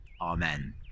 Amen